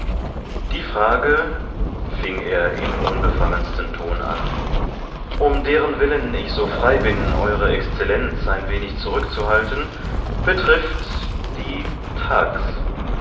die frage fing er im unbefangensten ton an um deren willen ich so frei bin eure exzellenz ein wenig zurückzuhalten betrifft die thags